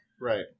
Right